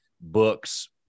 books